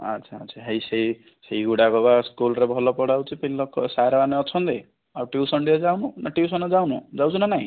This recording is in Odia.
ଆଛା ଆଛା ହେଇ ସେହି ସେହି ଗୁଡ଼ାକ ବା ସ୍କୁଲରେ ଭଲ ପଢାହେଉଛି ପିଲା ସାର୍ ମାନେ ଅଛନ୍ତି ଆଉ ଟିଉସନ ଟିକେ ଯାଉନୁ ନା ଟିଉସନ ଯାଉନୁ ଯାଉଛୁ ନା ନାହିଁ